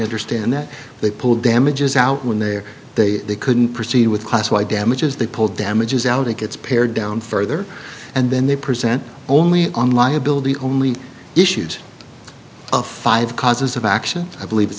understand that they pulled damages out when their they couldn't proceed with class why damages they pulled damages out it gets pared down further and then they present only on liability only issues five causes of action i believe it's